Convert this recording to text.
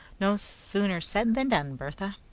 no sooner said than done, bertha.